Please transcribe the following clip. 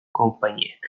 konpainiek